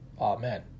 Amen